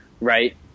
right